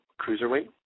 cruiserweight